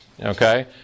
okay